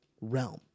realm